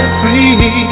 free